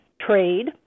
trade